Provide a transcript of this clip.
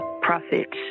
profits